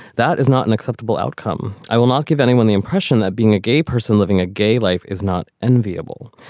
that is not an acceptable outcome. i will not give anyone the impression that being a gay person living a gay life is not enviable.